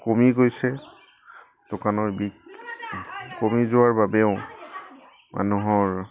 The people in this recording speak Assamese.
কমি গৈছে দোকানৰ কমি যোৱাৰ বাবেও মানুহৰ